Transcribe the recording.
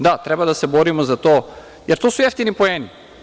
Da, treba da se borimo za to, jer to su jeftini poeni.